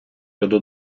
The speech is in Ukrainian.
щодо